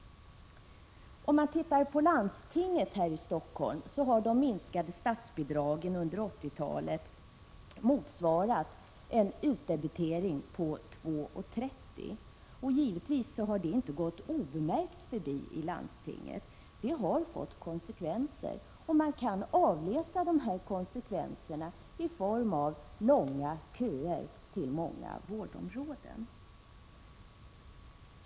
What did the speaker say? I Stockholms läns landsting har de minskade statsbidragen under 1980 talet motsvarat en utdebitering på 2:30 kr. Givetvis har detta inte gått obemärkt förbi i landstinget. Det har fått konsekvenser. Man kan avläsa dessa konsekvenser i form av långa köer på många vårdområden.